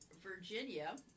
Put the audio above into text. Virginia